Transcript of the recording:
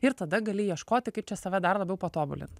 ir tada gali ieškoti kaip čia save dar labiau patobulint